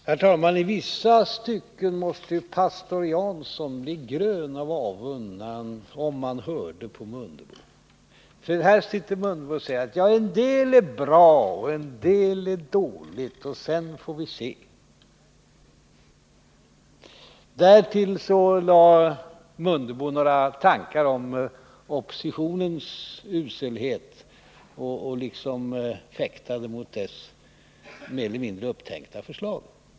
Herr talman! I vissa stycken måste ju pastor Jansson bli grön av avund om han hörde på herr Mundebo. Här säger Ingemar Mundebo att en del är bra, en del är dåligt och sedan får vi se. Därtill lade Ingemar Mundebo några tankar om oppositionens uselhet och liksom fäktade mot dess mer eller mindre upptänkta förslag.